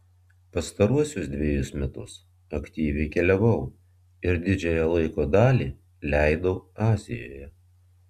pastaruosius dvejus metus aktyviai keliavau ir didžiąją laiko dalį leidau azijoje